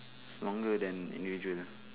it's longer than individual